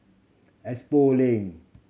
Expo Link